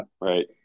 right